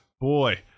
Boy